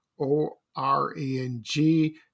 o-r-e-n-g